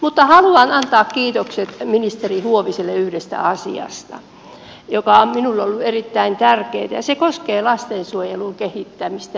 mutta haluan antaa kiitokset ministeri huoviselle yhdestä asiasta joka on minulle ollut erittäin tärkeä ja se koskee lastensuojelun kehittämistä